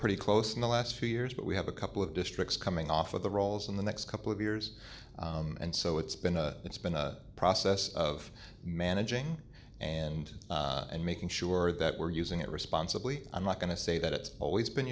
pretty close in the last few years but we have a couple of districts coming off of the rolls in the next couple of years and so it's been a it's been a process of managing and making sure that we're using it responsibly i'm not going to say that it always been